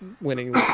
winning